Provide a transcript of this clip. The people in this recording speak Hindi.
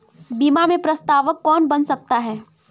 बीमा में प्रस्तावक कौन बन सकता है?